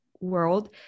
world